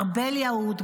ארבל יהוד,